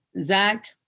Zach